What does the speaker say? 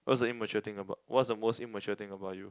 what's the immature thing about what's the most immature thing about you